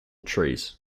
trees